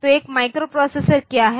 तो एक माइक्रोप्रोसेसर क्या है